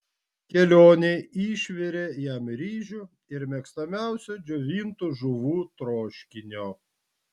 kelionei išvirė jam ryžių ir mėgstamiausio džiovintų žuvų troškinio